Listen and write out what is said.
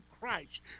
Christ